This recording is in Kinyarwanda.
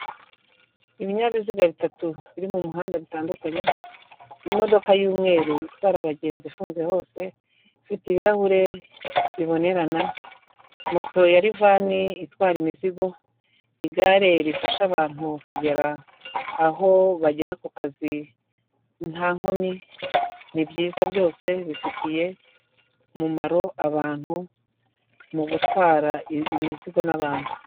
Ibinyabiziga bitatu biri mumuhanda bitandukanye, modoka y'umweru itwara abagenzi ifunze hose, ifite ibirahure bibonerana, moto ya rifani itwara imizigo, igare rifasha abantu kugera aho bagera ku kazi nta nkomyi ni byiza byose bifitiye umumaro abantu mu gutwara imizigo n'abantu.